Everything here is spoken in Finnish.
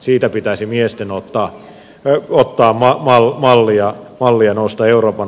siitä pitäisi miesten ottaa mallia nousta euroopan huipulle